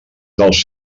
dels